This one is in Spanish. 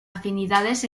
afinidades